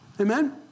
Amen